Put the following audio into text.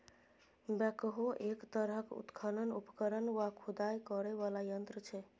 backhoe एक तरहक उत्खनन उपकरण वा खुदाई करय बला यंत्र छै